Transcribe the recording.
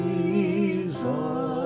Jesus